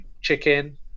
chicken